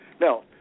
Now